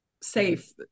safe